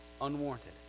unwarranted